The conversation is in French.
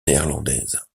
néerlandaise